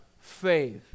faith